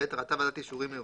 ראתה ועדת אישורים עירונית,